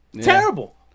Terrible